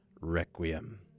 Requiem